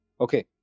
okay